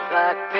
Black